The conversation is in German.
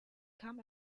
kam